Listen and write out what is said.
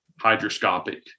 hydroscopic